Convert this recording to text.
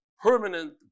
permanent